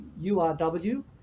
URW